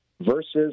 versus